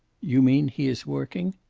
you mean he is working?